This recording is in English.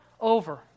over